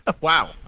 Wow